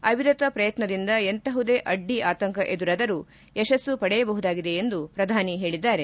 ಅವಿರತ ಪ್ರಯತ್ನದಿಂದ ಎಂತಹುದೇ ಅಡ್ಡಿ ಆತಂಕ ಎದುರಾದರೂ ಯತಸ್ಸು ಪಡೆಯಬಹುದಾಗಿದೆ ಎಂದು ಪ್ರಧಾನಿ ಹೇಳಿದ್ದಾರೆ